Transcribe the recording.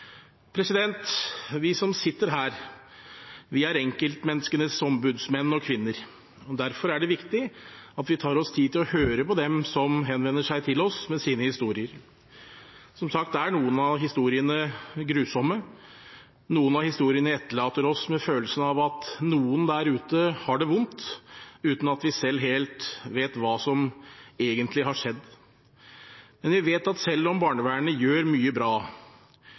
Vi som sitter her, er enkeltmenneskenes ombudsmenn og -kvinner. Derfor er det viktig at vi tar oss tid til å høre på dem som henvender seg til oss med sine historier. Som sagt er noen av historiene grusomme. Noen av historiene etterlater oss med følelsen av at noen der ute har det vondt, uten at vi selv helt vet hva som egentlig har skjedd. Men vi vet at selv om barnevernet gjør mye bra,